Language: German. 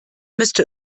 müsste